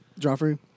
Joffrey